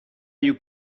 you